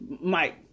mike